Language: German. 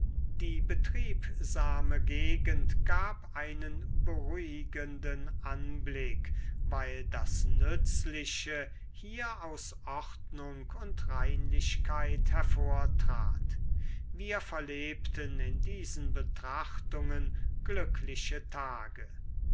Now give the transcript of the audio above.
die betriebsame gegend gab einen beruhigenden anblick weil das nützliche hier aus ordnung und reinlichkeit hervortrat wir verlebten in diesen betrachtungen glückliche tage